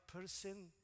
person